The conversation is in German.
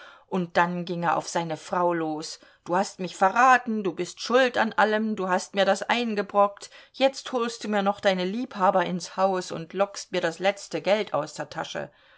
und dann ging er auf seine frau los du hast mich verraten du bist schuld an allem du hast mir das eingebrockt jetzt holst du mir noch deine liebhaber ins haus und lockst mir das letzte geld aus der ta